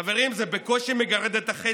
חברים, זה בקושי מגרד את החצי.